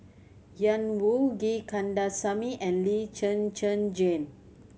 Ian Woo G Kandasamy and Lee Zhen Zhen Jane